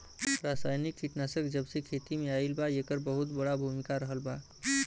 रासायनिक कीटनाशक जबसे खेती में आईल बा येकर बहुत बड़ा भूमिका रहलबा